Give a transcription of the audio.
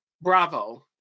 Bravo